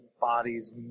bodies